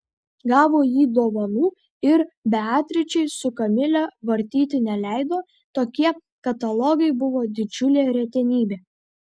gavo jį dovanų ir beatričei su kamile vartyti neleido tokie katalogai buvo didžiulė retenybė